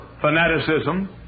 fanaticism